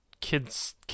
Kids